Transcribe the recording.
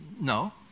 no